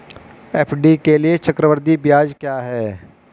FD के लिए चक्रवृद्धि ब्याज क्या है?